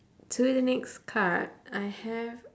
to the next card I have